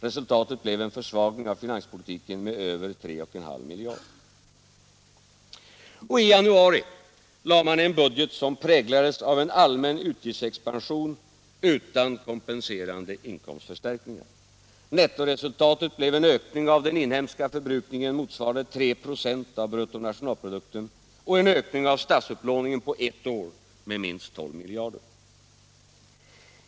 Resultatet blev en försvagning av finanspolitiken med över 3,5 miljarder. Och i januari lade man en budget som präglades av en allmän utgiftsexpansion utan kompenserande inkomstförstärkningar. Nettoresultatet blev en ökning av den inhemska förbrukningen motsvarande 3 96 av bruttonationalprodukten och en ökning av statsupplåningen på ett år med minst 12 miljarder.